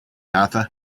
arthur